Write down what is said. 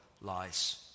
lies